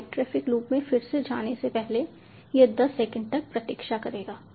void traffic loop में फिर से जाने से पहले यह 10 सेकंड तक प्रतीक्षा करेगा